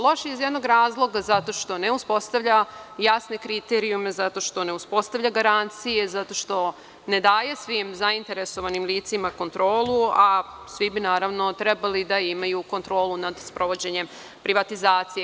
Loš je iz jednog razloga – zato što ne uspostavlja jasne kriterijume, zato što ne uspostavlja garancije, zato što ne daje svim zainteresovanim licima kontrolu, a svi bi naravno trebali da imaju kontrolu nad sprovođenjem privatizacije.